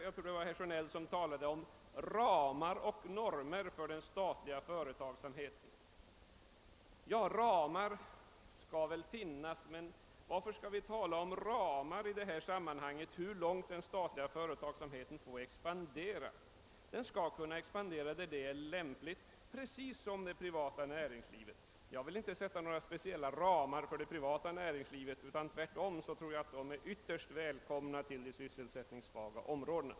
Jag tror det var herr Sjönell som talade om ramar och normer för den statliga företagsamheten. Det skall nog finnas ramar, men varför skall vi tala om ramar för hur långt den statliga företagsamheten får expandera? Den skall kunna expandera där det är lämpligt precis som det privata näringslivet. Jag vill inte sätta några speciella ramar för det privata näringslivet utan detta är tvärtom ytterst välkommet till de sysselsättningssvaga områdena.